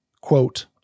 quote